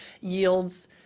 yields